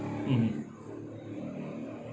mm